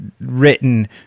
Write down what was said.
written